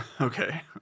okay